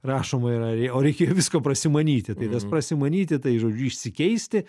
rašoma yra o rė reikėjo visko prasimanyti tai tas prasimanyti tai žodžiu išsikeisti